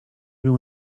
był